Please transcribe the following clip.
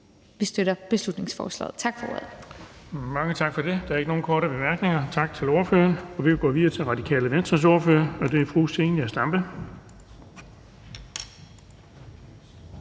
Kl. 15:52 Den fg. formand (Erling Bonnesen): Mange tak for det. Der er ikke nogen korte bemærkninger. Tak til ordføreren. Vi kan gå videre til Radikale Venstres ordfører, og det er fru Zenia Stampe.